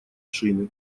шины